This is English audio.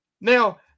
Now